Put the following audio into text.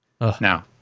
Now